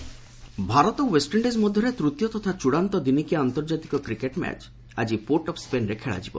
cricket Bharat ଓ West Indies ମଧ୍ୟରେ ତୃତୀୟ ତଥା ଚୃଡ଼ାନ୍ତ ଦିନିକିଆ ଆନ୍ତର୍ଜାତିକ କ୍ରିକେଟ୍ ମ୍ୟାଚ୍ ଆଜି ପୋର୍ଟ ଅଫ୍ ସ୍କେନ୍ରେ ଖେଳାଯିବ